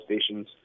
stations